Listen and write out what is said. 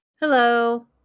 hello